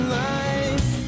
life